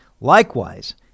Likewise